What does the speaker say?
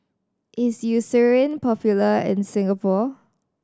is Eucerin popular in Singapore